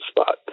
spot